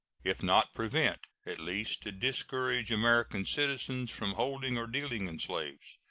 if not prevent, at least to discourage american citizens from holding or dealing in slaves.